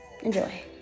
enjoy